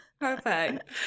Perfect